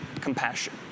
compassion